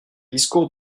discours